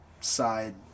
side